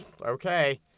Okay